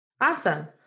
Awesome